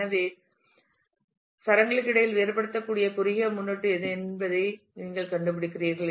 எனவே சரங்களுக்கு இடையில் வேறுபடுத்தக்கூடிய குறுகிய முன்னொட்டு எது என்பதை நீங்கள் கண்டுபிடிக்கிறீர்கள்